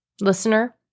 Listener